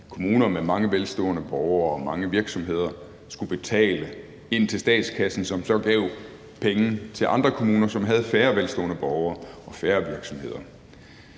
kommuner med mange velstående borgere og mange virksomheder skulle betale ind til statskassen, som så gav penge til andre kommuner, som havde færre velstående borgere og færre virksomheder.